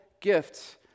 gifts